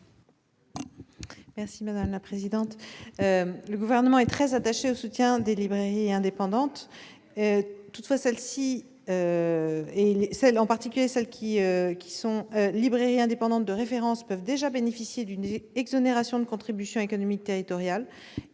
l'avis du Gouvernement ? Le Gouvernement est très attaché au soutien des librairies indépendantes. Toutefois, celles-ci, en particulier les librairies indépendantes de référence, peuvent déjà bénéficier d'une exonération de contribution économique territoriale